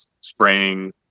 spraying